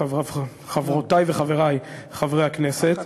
חברותי וחברי חברי הכנסת,